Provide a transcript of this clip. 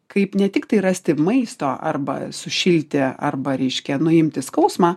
kaip ne tiktai rasti maisto arba sušilti arba reiškia nuimti skausmą